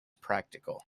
practical